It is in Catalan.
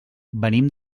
venim